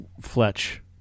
Fletch